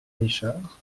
richard